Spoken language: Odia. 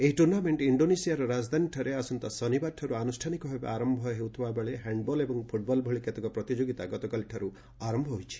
ଏହି ଟୁର୍ଣ୍ଣାମେଣ୍ଟ ଇଣ୍ଡୋନେସିଆର ରାଜଧାନୀଠାରେ ଆସନ୍ତା ଶନିବାରଠାରୁ ଆନୁଷ୍ଠାନିକ ଭାବେ ଆରମ୍ଭ ହେଉଥିବା ବେଳେ ହ୍ୟାଣ୍ଡବଲ୍ ଏବଂ ଫୁଟବଲ୍ ଭଳି କେତେକ ପ୍ରତିଯୋଗିତା ଗତକାଲିଠାରୁ ଆରମ୍ଭ ହୋଇଛି